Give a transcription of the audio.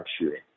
shooting